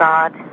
God